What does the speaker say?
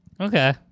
Okay